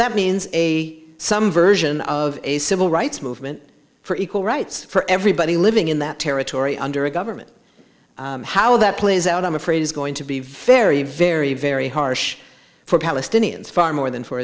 that means a some version of a civil rights movement for equal rights for everybody living in that territory under a government how that plays out i'm afraid is going to be very very very harsh for palestinians far more than fo